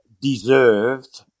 deserved